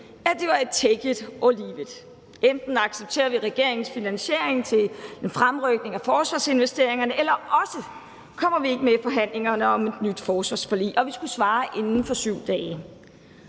at det var take it or leave it: Enten accepterer vi regeringens finansiering til en fremrykning af forsvarsinvesteringerne, eller også kommer vi ikke med i forhandlingerne om et nyt forsvarsforlig. Og vi skulle svare inden for 7 dage.